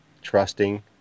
trusting